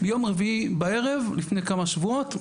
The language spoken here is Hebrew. יום רביעי בערב, לפני כמה שבועות,